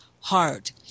heart